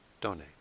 donate